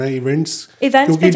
events